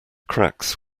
cracks